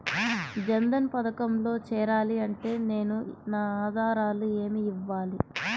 జన్ధన్ పథకంలో చేరాలి అంటే నేను నా ఆధారాలు ఏమి ఇవ్వాలి?